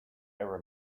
error